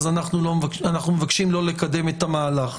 הם מבקשים לא לקדם את המהלך.